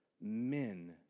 men